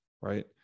right